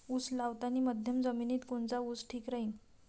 उस लावतानी मध्यम जमिनीत कोनचा ऊस ठीक राहीन?